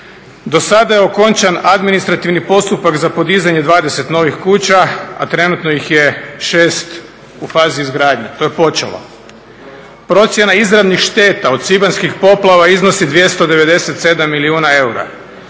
Do sada je okončan administrativni postupak za podizanje 20 novih kuća a trenutno ih je 6 u fazi izgradnje, to je počelo. Procjena izravnih šteta od svibanjskih poplava iznosi 297 milijuna eura.